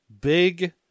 Big